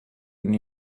and